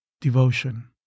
devotion